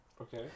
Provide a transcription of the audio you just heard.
okay